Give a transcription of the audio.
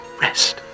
Rest